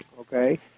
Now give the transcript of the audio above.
okay